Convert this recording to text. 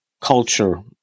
culture